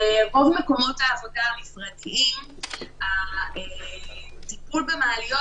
ברוב מקומות העבודה המשרדיים הטיפול במעליות